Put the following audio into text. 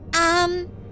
Um